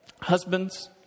husbands